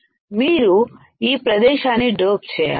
మీరు ఈ ప్రదేశాన్ని డోప్ చేయాలి